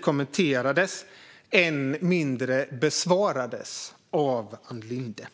kommenterades, än mindre besvarades, av Ann Linde.